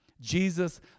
Jesus